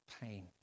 pain